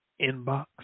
inbox